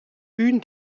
une